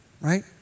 right